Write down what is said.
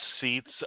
seats